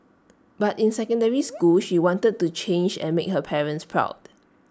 but in secondary school she wanted to change and make her parents proud